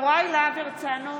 הרצנו,